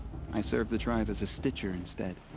i serve the tribe as a stitcher instead.